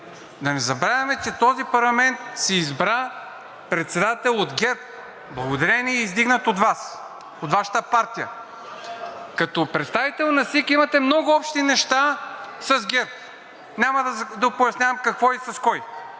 Да не забравяме, че този парламент си избра председател от ГЕРБ, благодарение и издигнат от Вас, от Вашата партия. (Шум и реплики.) Като представител на СИК имате много общи неща с ГЕРБ. Няма да пояснявам какво и с кого,